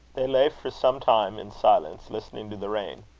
they lay for some time in silence, listening to the rain.